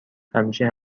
همیشه